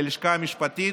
ללשכה המשפטית.